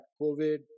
COVID